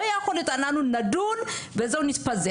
זה לא יכול להיות שאנחנו נדון ונתפזר.